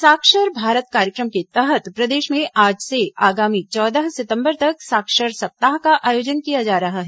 साक्षर भारत कार्यक्रम के तहत प्रदेश में आज से आगामी चौदह सितम्बर तक साक्षर सप्ताह का आयोजन किया जा रहा है